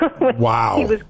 Wow